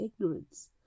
ignorance